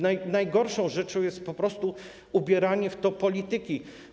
Najgorszą rzeczą jest po prostu ubieranie w to polityki.